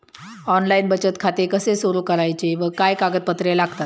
Online बचत खाते कसे सुरू करायचे व काय कागदपत्रे लागतात?